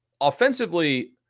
offensively